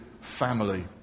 family